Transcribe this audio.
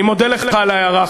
אני מודה לך על ההערה,